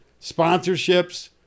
sponsorships